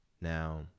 Now